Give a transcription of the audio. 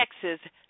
Texas